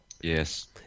Yes